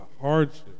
hardship